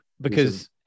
because-